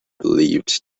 believed